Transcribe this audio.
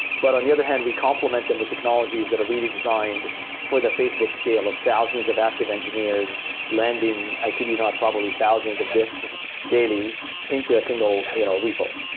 but on the other hand we complement them with technologies that are really designed for the facebook scale of thousands of active engineers lending, i kid you not, probably thousands of diffs daily into a single you know repo,